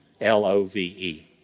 L-O-V-E